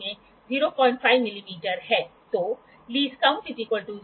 यहां हम projected scale के आसान पढ़ने की सुविधा के लिए एक ऐ पिस के रूप में एक लेंस का उपयोग करते हैं